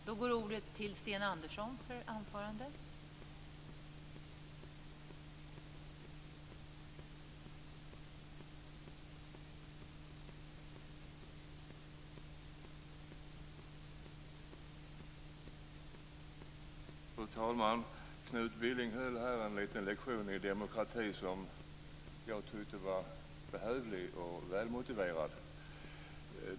Fru talman! Knut Billing höll här en liten lektion i demokrati som jag tyckte var behövlig och välmotiverad.